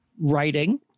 writing